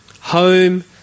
Home